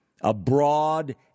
abroad